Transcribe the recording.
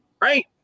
right